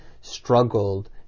struggled